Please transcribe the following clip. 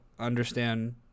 understand